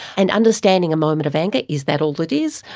and understanding a moment of anger. is that all it is?